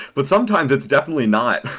but sometimes it's definitely not,